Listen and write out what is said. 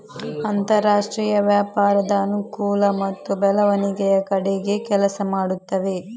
ಅಂತರಾಷ್ಟ್ರೀಯ ವ್ಯಾಪಾರದ ಅನುಕೂಲ ಮತ್ತು ಬೆಳವಣಿಗೆಯ ಕಡೆಗೆ ಕೆಲಸ ಮಾಡುತ್ತವೆ